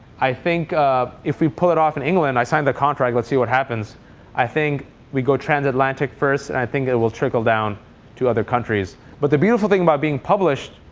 i think if we pull it off in england i signed the contract. let's see what happens i think we go transatlantic first, and i think it will trickle down to other countries. but the beautiful thing about being published